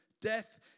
death